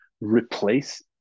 replace